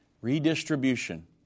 redistribution